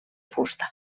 fusta